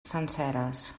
senceres